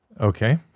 Okay